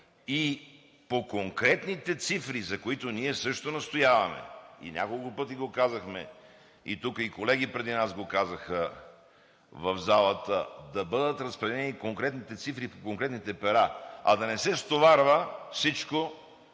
И по конкретните цифри, за които ние също настояваме, и няколко пъти го казахме, и тук колеги преди нас го казаха в залата – да бъдат разпределени конкретните цифри по конкретните пера, а да не се стоварва всичко